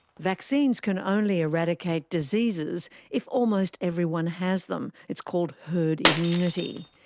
vaccines can only eradicate diseases if almost everyone has them. it's called herd immunity.